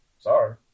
sorry